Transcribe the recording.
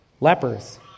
lepers